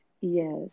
yes